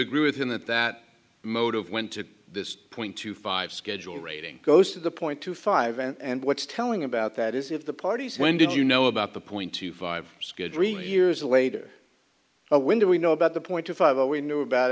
agree with him that that motive went to this point two five schedule rating goes to the point two five and what's telling about that is if the parties when did you know about the point two five years later when do we know about the point two five zero we knew about